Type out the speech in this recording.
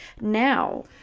now